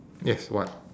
yes what